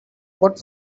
what